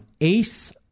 ace